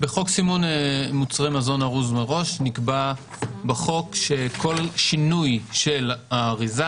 בחוק סימון מוצרי מזון ארוז מראש נקבע שכל שינוי של האריזה